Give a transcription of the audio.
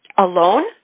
alone